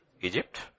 Egypt